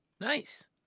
Nice